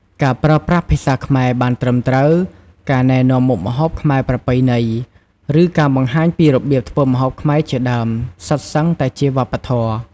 ការប្រើប្រាស់ភាសាខ្មែរបានត្រឹមត្រូវ ការណែនាំមុខម្ហូបខ្មែរប្រពៃណី ឬការបង្ហាញពីរបៀបធ្វើម្ហូបខ្មែរជាដើមសុទ្ធសឹងតែជាវប្បធម៌។